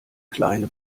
kleine